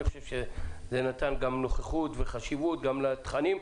זה נתן נוכחות וחשיבות גם לתכנים.